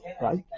right